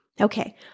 Okay